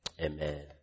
Amen